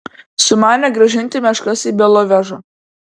sumanė grąžinti meškas į belovežą